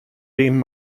dem